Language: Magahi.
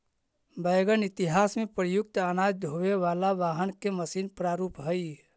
वैगन इतिहास में प्रयुक्त अनाज ढोवे वाला वाहन के मशीन प्रारूप हई